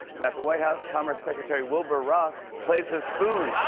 and at the white house, commerce secretary wilbur ross plays the spoons.